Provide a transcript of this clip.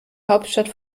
hauptstadt